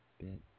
bit